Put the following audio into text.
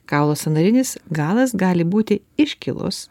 kaulo sąnarinis galas gali būti iškilus